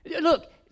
Look